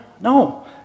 No